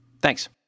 Thanks